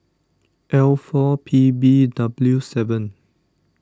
L four P B W seven